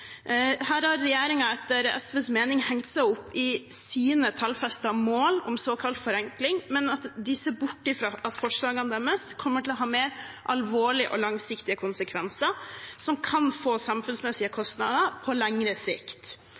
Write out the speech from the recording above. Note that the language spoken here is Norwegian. Her har regjeringen etter SVs mening hengt seg opp i sine tallfestede mål om såkalt forenkling, men de ser bort fra at forslagene deres kommer til å ha mer alvorlige og langsiktige konsekvenser som kan få samfunnsmessige kostnader på lengre sikt.